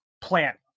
plant